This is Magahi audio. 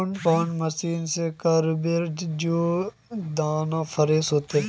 कौन मशीन से करबे जे दाना फ्रेस होते?